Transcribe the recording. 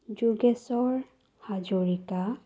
Jogeshwar Hazarika